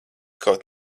kaut